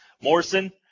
Morrison